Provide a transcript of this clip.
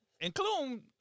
including